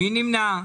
מי נמנע?